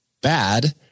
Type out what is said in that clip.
bad